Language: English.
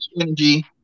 energy